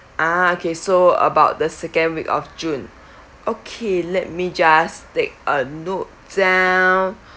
uh okay so about the second week of june okay let me just take a note down